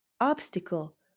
obstacle